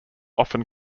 often